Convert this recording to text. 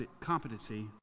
competency